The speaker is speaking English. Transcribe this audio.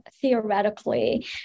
theoretically